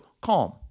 CALM